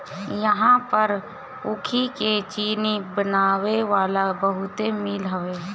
इहां पर ऊखी के चीनी बनावे वाला बहुते मील हवे